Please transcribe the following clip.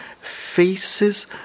faces